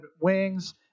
wings